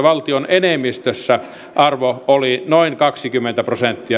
enemmistössä oli noin kaksikymmentä prosenttia suhteessa bruttokansantuotteeseen näiden